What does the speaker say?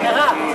מרב.